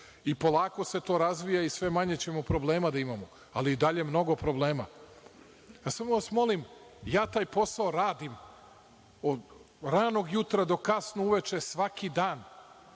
i polako se to razvija i sve manje ćemo problema da imamo, ali i dalje mnogo problema. Samo vas molim, ja taj posao radim od ranog jutra do kasno uveče, svaki dan.